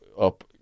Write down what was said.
up